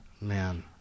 man